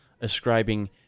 ascribing